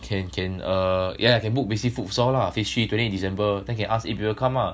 can can err yeah can book basic futsal lah phase three twenty eight december then can ask eight people come ah